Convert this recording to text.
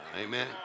Amen